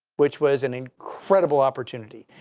which was an incredible opportunity.